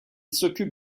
s’occupe